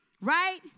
right